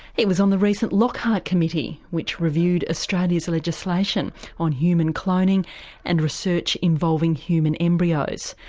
he was on the recent lockhart committee which reviewed australia's legislation on human cloning and research involving human embryos.